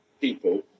people